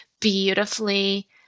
beautifully